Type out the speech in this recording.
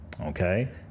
Okay